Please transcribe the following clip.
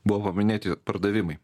buvo paminėti pardavimai